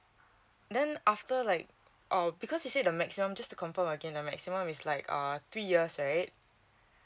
then after like orh because he say the maximum just to confirm again the maximum is like err three years right